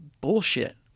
bullshit